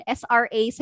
sra